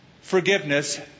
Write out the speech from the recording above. Forgiveness